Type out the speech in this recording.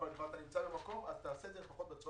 אבל אתה כבר נמצא במקום אז תעשה את זה לפחות בצורה